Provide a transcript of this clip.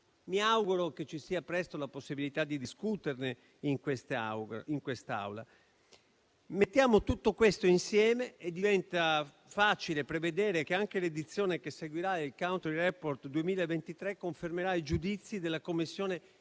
Mi auguro che ci sia presto la possibilità di discuterne in questa Aula. Mettiamo tutto questo insieme e diventa facile prevedere che anche l'edizione che seguirà il Country Report 2023 confermerà i giudizi della Commissione